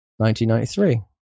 1993